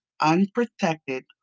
unprotected